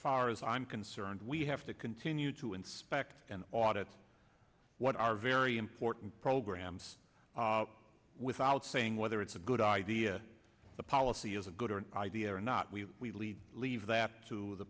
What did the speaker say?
far as i'm concerned we have to continue to inspect and audit what are very important programs without saying whether it's a good idea the policy is a good idea or not we we lead leave that to the